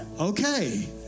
Okay